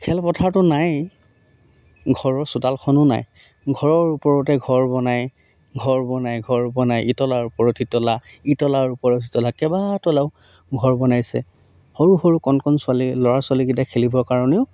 খেলপথাৰতো নাইয়েই ঘৰৰ চোতালখনো নাই ঘৰৰ ওপৰতে ঘৰ বনায় ঘৰ বনাই ঘৰ বনাই ইতলাৰ ওপৰত সিতলা ইতলাৰ ওপৰত সিতলা কেইবা তলাও ঘৰ বনাইছে সৰু সৰু কণ কণ ছোৱালী ল'ৰা ছোৱালীকেইটাই খেলিবৰ কাৰণেও